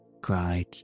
cried